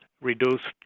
reduced